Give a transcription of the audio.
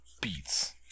beats